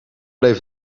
bleef